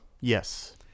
Yes